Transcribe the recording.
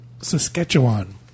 Saskatchewan